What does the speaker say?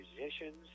musicians